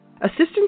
Assistant